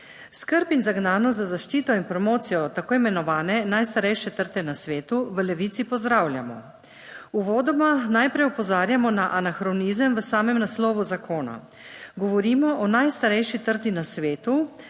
Skrb in zagnanost za zaščito in promocijo tako imenovane najstarejše trte na svetu v Levici pozdravljamo. Uvodoma najprej opozarjamo na anahronizem v samem naslovu zakona. Govorimo o najstarejši trti na svetu,